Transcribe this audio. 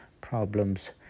problems